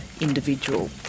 individual